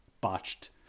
botched